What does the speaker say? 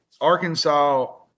Arkansas